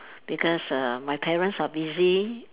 because err my parents are busy